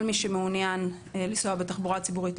מי שמעוניין לנסוע בתחבורה הציבורית,